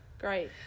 Great